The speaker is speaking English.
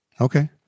Okay